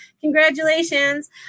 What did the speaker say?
Congratulations